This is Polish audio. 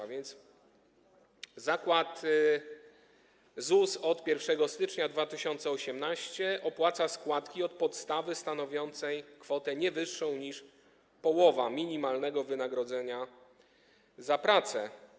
A więc ZUS od 1 stycznia 2018 r. opłaca składki od podstawy stanowiącej kwotę nie wyższą niż połowa minimalnego wynagrodzenia za pracę.